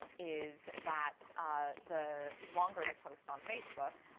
and is that ah the longer the posts on facebook,